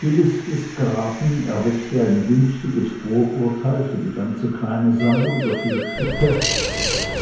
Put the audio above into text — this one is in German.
diese list des grafen erweckte ein günstiges vorurteil für die ganze kleine sammlung der vier stücke